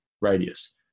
radius